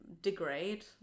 degrade